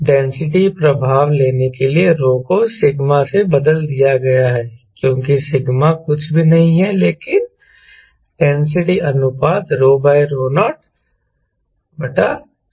density प्रभाव लेने के लिए ρ को σ से बदल दिया गया है क्योंकि सिग्मा कुछ भी नहीं है लेकिन डेंसिटी अनुपात 0 rho बटा rho शून्य है